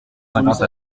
cinquante